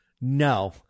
no